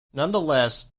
nonetheless